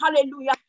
hallelujah